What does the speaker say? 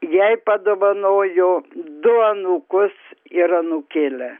jai padovanojo du anūkus ir anūkėlę